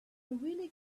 really